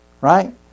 right